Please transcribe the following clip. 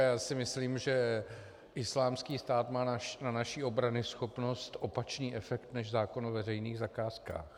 Já si myslím, že Islámský stát má na naši obranyschopnost opačný efekt než zákon o veřejných zakázkách.